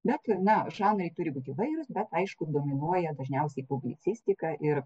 bet na žanrai turi būti įvairūs bet aišku dominuoja dažniausiai publicistika ir